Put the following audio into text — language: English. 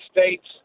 States